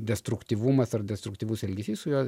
destruktyvumas ar destruktyvus elgesys su juo